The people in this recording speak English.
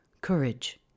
courage